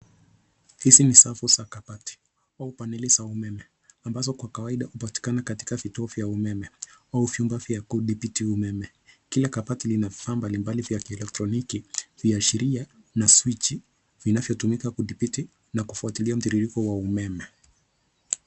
Hizi ni safu za kabati au paneli za umeme ambazo kwa kawaida hupatikana katika vituo vya umeme au vyumba vya kudhibiti umeme. Kila kabati lina vifaa mbalimbali vya kielektroniki, viashiria na swichi vinavyotumika kudhibiti na kufuatilia mtiririko wa umeme.